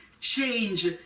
change